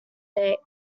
date